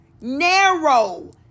Narrow